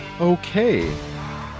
okay